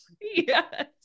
Yes